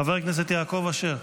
חבר הכנסת יעקב אשר,